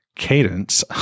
Cadence